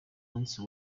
munsi